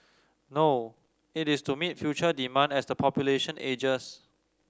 no it is to meet future demand as the population ages